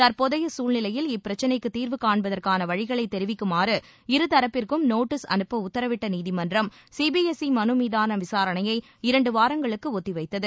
தற்போதைய சூழ்நிலையில் இப்பிரச்சினைக்கு தீர்வுகாண்பதற்கான வழிகளை தெரிவிக்குமாறு இருதரப்பிற்கும் நோட்டீஸ் அனுப்ப உத்தரவிட்ட நீதிமன்றம் சிபிஎஸ்ஈ மனு மீதான விசாரணையை இரண்டு வாரங்களுக்கு ஒத்திவைத்தது